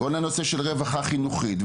הנושאים של רווחה חינוכית,